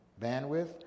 bandwidth